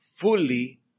fully